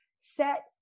set